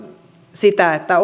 sitä että